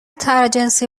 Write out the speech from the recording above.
تراجنسی